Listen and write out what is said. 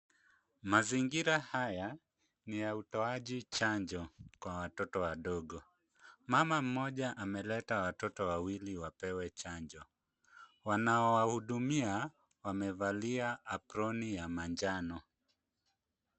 Mazingira haya ni ya utoaji chanjo kwa watoto wadogo. Mama mmoja ameleta watoto wawili wapewe chanjo. Wanaowahudumia wamevalia aproni ya manjano.